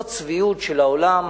זאת צביעות של העולם,